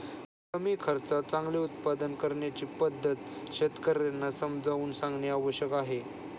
कमी खर्चात चांगले उत्पादन करण्याची पद्धत शेतकर्यांना समजावून सांगणे आवश्यक आहे